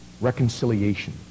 Reconciliation